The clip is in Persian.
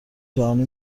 جهانی